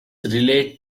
relate